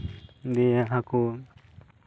ᱫᱤᱭᱮ ᱦᱟᱹᱠᱩ